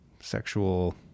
sexual